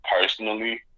personally